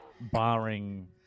Barring